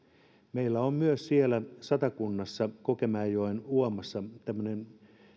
meillä on myös siellä satakunnassa kokemäenjoen uomassa tämmöinen